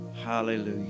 hallelujah